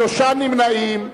שלושה נמנעים.